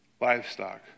livestock